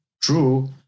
true